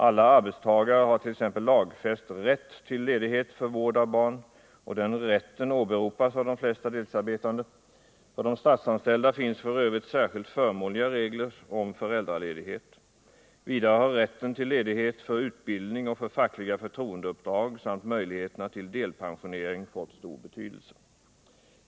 Alla arbetstagare hart.ex. lagfäst rätt till ledighet för vård av barn. Och den rätten åberopas av de flesta deltidsarbetande. För de statsanställda finns f. ö. särskilt förmånliga regler om föräldraledighet. Vidare har rätten till ledighet för utbildning och för fackliga förtroendeuppdrag samt möjligheterna till delpensionering fått stor betydelse.